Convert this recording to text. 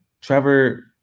Trevor